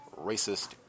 racist